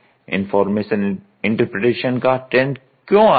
information interpretation का trend क्यों आ रहा है